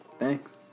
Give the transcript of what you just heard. Thanks